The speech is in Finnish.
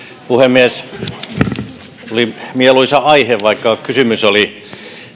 puhemies oli mieluisa aihe vaikka kysymys oli